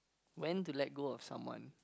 when to let go of someone